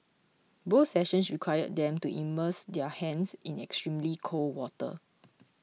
both sessions required them to immerse their hands in extremely cold water